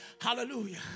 Hallelujah